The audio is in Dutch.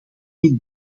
niet